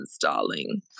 darling